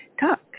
talk